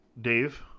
Dave